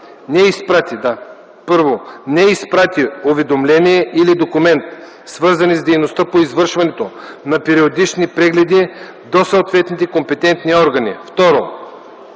не изпрати уведомление или документ, свързани с дейността по извършването на периодични прегледи, до съответните компетентни органи;